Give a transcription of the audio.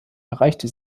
erreichte